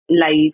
life